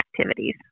activities